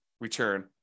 return